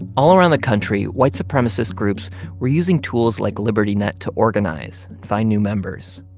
all around the country, white supremacist groups were using tools like liberty net to organize and find new members.